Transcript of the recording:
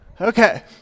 okay